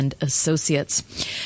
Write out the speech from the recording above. Associates